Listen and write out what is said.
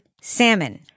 Salmon